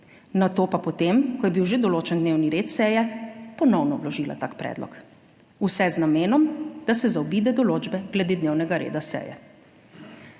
nato pa potem, ko je bil že določen dnevni red seje, ponovno vložila tak predlog, vse z namenom, da se zaobide določbe glede dnevnega reda seje.